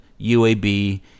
UAB